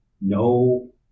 no